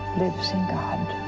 lives in